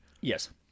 Yes